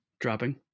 dropping